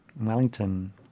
Wellington